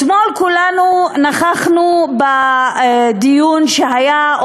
אתמול כולנו נכחנו בדיון שהיה,